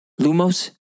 Lumos